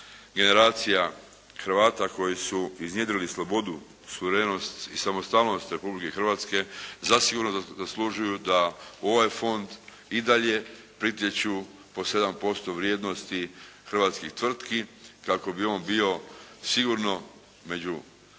generacija Hrvata koji su iznjedrili slobodu, suverenost, i samostalnost Republike Hrvatske zasigurno zaslužuju da u ovaj fond i dalje pritječu po 7% vrijednosti hrvatskih tvrtki kako bi on bio sigurno među i